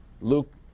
Luke